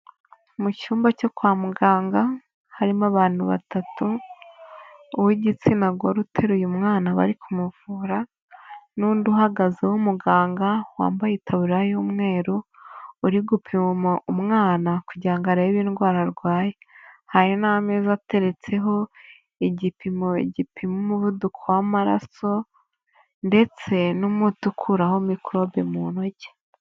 Mu cyumba cyo kwa muganga harimo abantu batatu, uw'igitsina gore uteruye mwana bari kumuvura n'undi uhagaze w'umuganga wambaye itaburiya y'umweru. Uri gupima umwana kugira ngo arebe indwara arwaye. Hari n'ameza ateretseho igipimo gipima umuvuduko w'amaraso ndetse n'umuti ukuraho mikorobe mu ntoki.